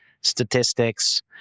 statistics